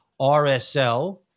RSL